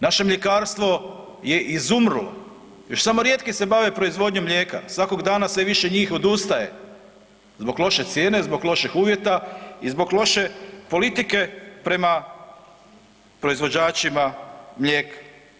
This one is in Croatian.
Naši mljekarstvo je izumrlo, još samo rijetki se bave proizvodnjom mlijekom, svakog dana sve više njih odustaje, zbog loše cijene, zbog loših uvjeta i zbog loše politike prema proizvođačima mlijeka.